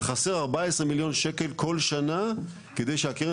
וחסרים 14 מיליון שקלים כל שנה כדי שהקרן